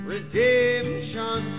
Redemption